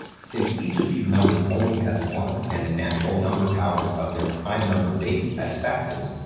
since each of these numbers only has one and the natural number powers of their prime number base as factors,